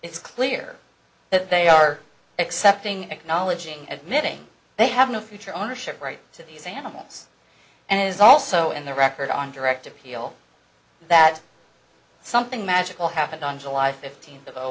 it's clear that they are accepting acknowledging admitting they have no future ownership rights to these animals and it is also in the record on direct appeal that something magical happened on july fifteenth of